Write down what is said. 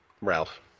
ralph